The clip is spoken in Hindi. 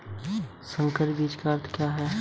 संकर बीज का अर्थ क्या है?